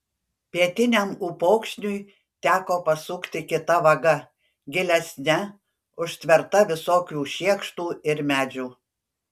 pietiniam upokšniui teko pasukti kita vaga gilesne užtverta visokių šiekštų ir medžių